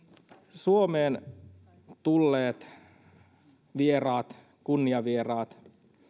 suomeen tulleet vieraat kunniavieraat